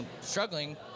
struggling